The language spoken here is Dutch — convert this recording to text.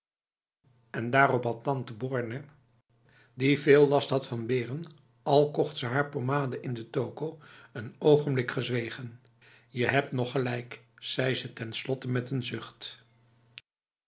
en daarop had tante borne die veel last had van beren al kocht ze haar pommade in de toko een ogenblik gezwegen je hebt nog gelijk zei ze ten slotte met een zucht